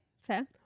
Fair